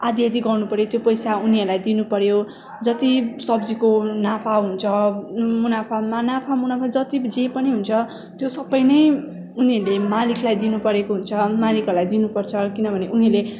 आधा आधा गर्नुपऱ्यो त्यो पैसा उनीहरूलाई दिनुपऱ्यो जति सब्जीको नाफा हुन्छ मुनाफा नाफा मुनाफा जति जे पनि हुन्छ त्यो सबै नै उनीहरूले मालिकलाई दिनुपरेको हुन्छ मालिकहरूलाई दिनुपर्छ किनभने उनीहरूले